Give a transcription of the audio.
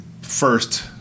first